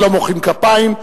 בכנסת לא מוחאים כפיים.